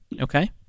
Okay